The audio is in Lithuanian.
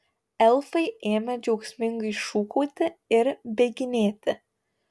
elfai ėmė džiaugsmingai šūkauti ir bėginėti